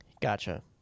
Gotcha